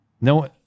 No